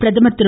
பிரதமர் திரு